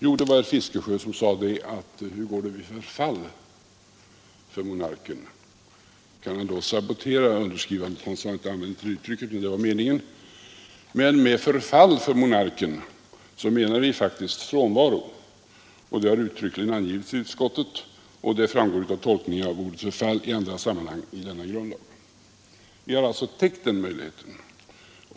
Herr Fiskesjö sade: Hur går det vid förfall för monarken? Kan han då sabotera underskrivandet? Han använde inte det uttrycket, men det var meningen. Med förfall för monarken menar vi faktiskt frånvaro. Det har uttryckligen angivits i utskottet, och det framgår av tolkningen av ordet förfall i andra sammanhang i denna grundlag. Vi har alltså täckt den möjligheten.